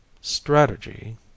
strategy